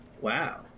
Wow